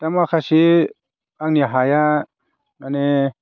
दा माखासे आंनि हाया माने